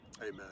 Amen